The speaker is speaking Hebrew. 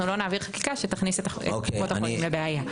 אנחנו לא נעביר חקיקה שתכניס את קופות החולים לבעיה.